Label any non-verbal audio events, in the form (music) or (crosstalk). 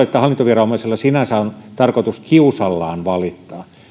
(unintelligible) että hallintoviranomaisilla sinänsä on tarkoitus kiusallaan valittaa